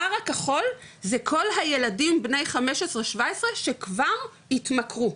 הבר הכחול זה כל הילדים בני 15-17 שכבר התמכרו,